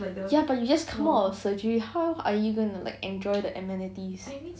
ya but you just come out of surgery how are you gonna like enjoy the amenities